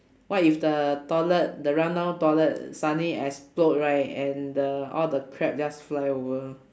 what if the toilet the run-down toilet suddenly explode right and the all the crap just fly over